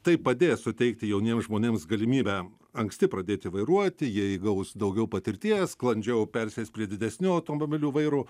tai padės suteikti jauniems žmonėms galimybę anksti pradėti vairuoti jie įgaus daugiau patirties sklandžiau persės prie didesnių automobilių vairų